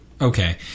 Okay